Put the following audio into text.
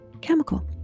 chemical